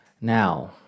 Now